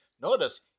Notice